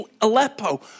Aleppo